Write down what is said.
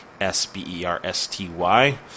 S-B-E-R-S-T-Y